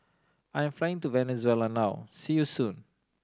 I'm flying to Venezuela now see you soon